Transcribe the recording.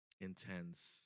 intense